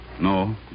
No